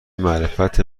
معرفت